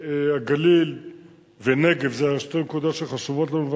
הגליל והנגב הם שתי נקודות שחשובות לנו,